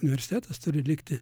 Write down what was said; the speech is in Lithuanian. universitetas turi likti